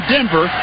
Denver